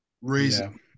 reason